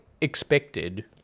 expected